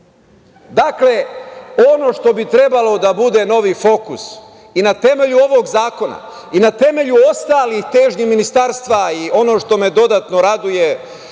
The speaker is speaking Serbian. ono što bi trebalo da bude novi fokus i na temelju ovog zakona, i na temelju ostalih težnji ministarstva, i ono što me dodatno raduje,